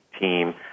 team